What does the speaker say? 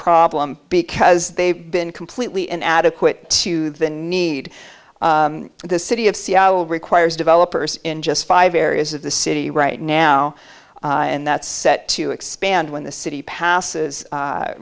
problem because they've been completely in adequate to the need for the city of requires developers in just five areas of the city right now and that's set to expand when the city passes